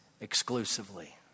exclusively